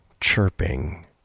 chirping